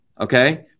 okay